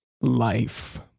Life